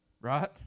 Right